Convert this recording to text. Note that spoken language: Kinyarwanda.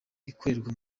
ikorerwa